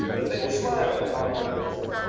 that they will smile upon our purposes.